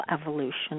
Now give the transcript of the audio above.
evolution